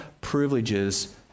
privileges